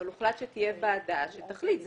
אבל הוחלט שתהיה ועדה שתחליט.